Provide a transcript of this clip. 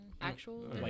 Actual